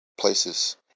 places